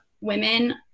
women